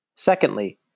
Secondly